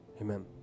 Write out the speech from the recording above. amen